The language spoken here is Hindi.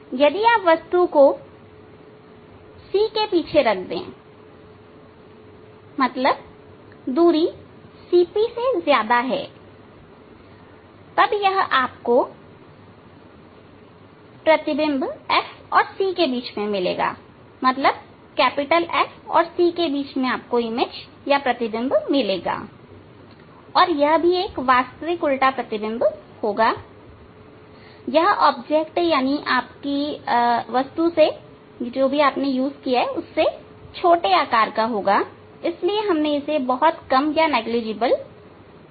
यदि आप वस्तु को C के पीछे रख दें मतलब दूरी CP से ज्यादा है तब आपको यह प्रतिबिंब F और C के बीच में मिलेगा और यह एक वास्तविक उल्टा प्रतिबिंब होगा यह वस्तु से छोटे आकार का होगा इसलिए हमने इसे बहुत कम लिखा है